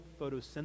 photosynthesis